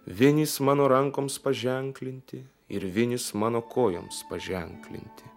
vienis mano rankoms paženklinti ir vinis mano kojoms paženklinti